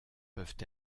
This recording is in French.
peuvent